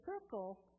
circle